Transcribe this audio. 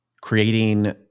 creating